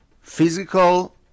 physical